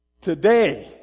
today